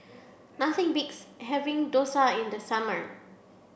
nothing beats having dosa in the summer